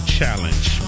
Challenge